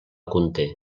conté